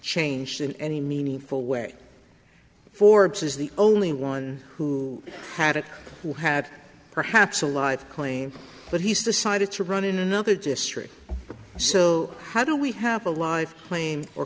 changed in any meaningful way forbes is the only one who had it who had perhaps a life claim but he's decided to run in another district so how do we have a live claim or